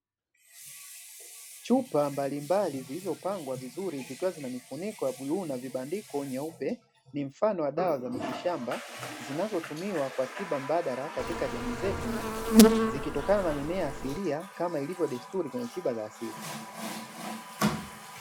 Chupa mbalimbali zilizopangwa vizuri zikiwa na vifuniko vya bluu na vibandiko nyeupe, ni mfano wa dawa za miti shamba zinazotumiwa kwa tiba mbadala katika jamii zetu, zikitokana na mimea asilia kama ilivyodesturi kwenye tiba za asili.